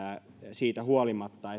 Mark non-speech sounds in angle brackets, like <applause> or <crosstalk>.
siitä huolimatta <unintelligible>